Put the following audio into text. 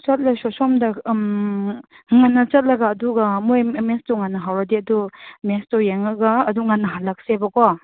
ꯆꯠꯂꯁꯨ ꯁꯣꯝꯗ ꯉꯟꯅ ꯆꯠꯂꯒ ꯑꯗꯨꯒ ꯃꯣꯏ ꯃꯦꯠꯁꯇꯨ ꯉꯟꯅ ꯍꯧꯔꯗꯤ ꯑꯗꯨ ꯃꯦꯠꯁꯇꯣ ꯌꯦꯡꯉꯒ ꯑꯗꯨꯝ ꯉꯟꯅ ꯍꯜꯂꯛꯁꯦꯕꯀꯣ